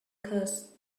curse